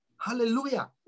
Hallelujah